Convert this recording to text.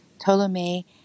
Ptolemy